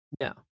No